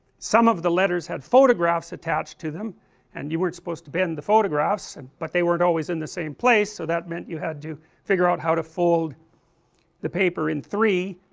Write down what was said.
some of the letters had photographs attached to them and you weren't supposed to bend the photographs, and but they weren't all in the same place, so that meant you had to figure out how to fold the paper in three,